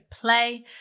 play